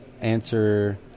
answer